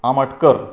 आमटकर